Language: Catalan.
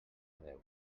déu